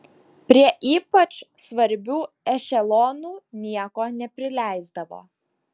prie ypač svarbių ešelonų nieko neprileisdavo